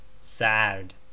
sad